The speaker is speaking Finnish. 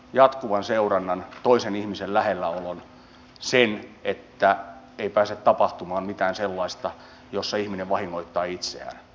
jatkuvan seurannan toisen ihmisen lähelläolon sen että ei pääse tapahtumaan mitään sellaista että ihminen vahingoittaa itseään